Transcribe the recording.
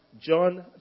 John